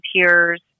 volunteers